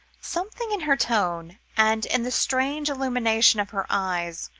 something in her tone, and in the strange illumination of her eyes,